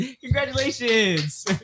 Congratulations